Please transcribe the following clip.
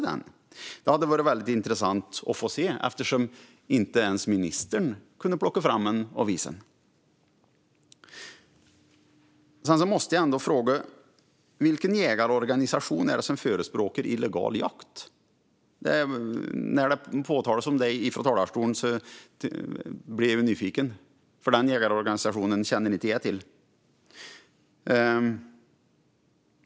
Det skulle vara intressant att få se eftersom inte ens ministern kunde plocka fram den. Vilken jägarorganisation förespråkar illegal jakt? När den frågan togs upp i talarstolen blev jag nyfiken. Den jägarorganisationen känner inte jag till.